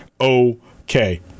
okay